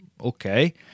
okay